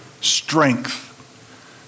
strength